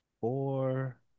four